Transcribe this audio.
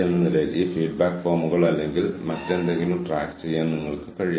എന്നാൽ ജീവനക്കാർക്ക് നയം മനസ്സിലായില്ലെങ്കിൽ അവർക്ക് സംഭാവന നൽകാൻ കഴിയില്ല